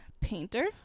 painter